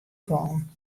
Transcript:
fallen